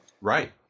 right